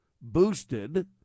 boosted